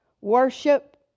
worship